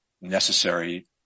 necessary